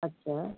अच्छा